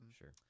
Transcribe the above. Sure